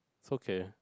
okay